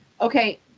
Okay